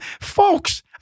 folks